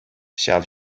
ҫав